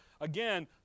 again